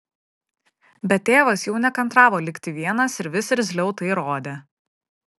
bet tėvas jau nekantravo likti vienas ir vis irzliau tai rodė